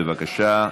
בבקשה.